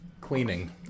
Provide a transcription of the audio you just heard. cleaning